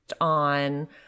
on